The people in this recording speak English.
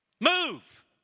Move